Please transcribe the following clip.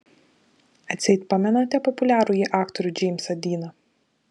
atseit pamenate populiarųjį aktorių džeimsą diną